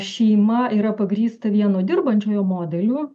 šeima yra pagrįsta vieno dirbančiojo modeliu